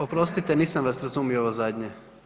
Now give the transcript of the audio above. Oprostite nisam vam razumio ovo zadnje.